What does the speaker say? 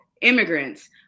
immigrants